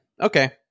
Okay